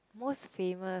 most famous